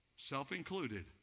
self-included